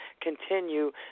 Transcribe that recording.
continue